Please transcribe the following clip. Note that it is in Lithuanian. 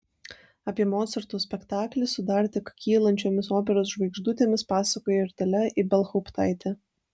apie mocarto spektaklį su dar tik kylančiomis operos žvaigždutėmis pasakoja ir dalia ibelhauptaitė